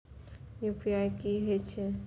UPI की हेछे?